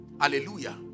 Hallelujah